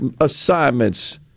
assignments